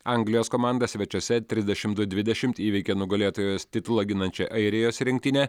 anglijos komanda svečiuose trisdešimt du dvidešimt įveikė nugalėtojos titulą ginančią airijos rinktinę